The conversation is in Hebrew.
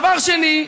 דבר שני,